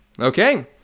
Okay